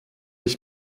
ich